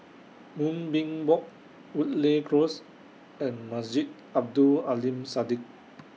Moonbeam Walk Woodleigh Close and Masjid Abdul Aleem Siddique